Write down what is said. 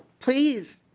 please